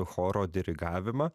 choro dirigavimą